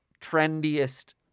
trendiest